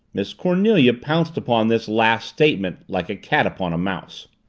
miss cornelia pounced upon this last statement like a cat upon a mouse.